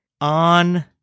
on